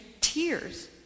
tears